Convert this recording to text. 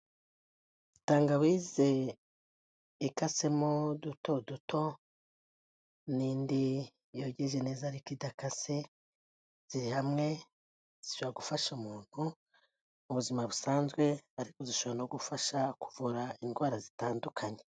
Tangawize ikasemo uduto duto n'indi igize neza ariko idakase ziri hamwe, zishobora gugufasha umuntu mu buzima busanzwe, ariko zishobora no gufasha kuvura indwara zitandukanye.